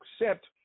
accept